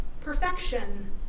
perfection